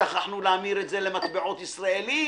שכחנו להמיר את זה למטבעות ישראליים,